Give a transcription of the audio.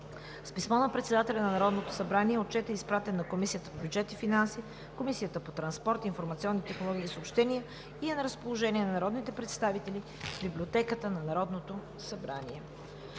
С писмо на председателя на Народното събрание Отчетът е изпратен на Комисията по бюджет и финанси, Комисията по транспорт, информационни технологии и съобщения и е на разположение на народните представители в Библиотеката на Народното събрание.